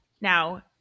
Now